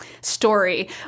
story